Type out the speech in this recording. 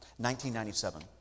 1997